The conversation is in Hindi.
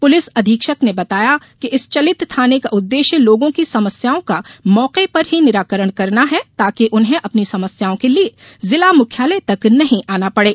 पुलिस अधीक्षक ने बताया कि इस चलित थाने का उददेश्य लोगों की समस्याओं का मौके पर ही निराकरण करना है ताकि उन्हे अपनी समस्याओं के लिए जिला मुख्यालय तक नहीं आना पड़े